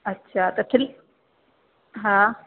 अछा त खिल हा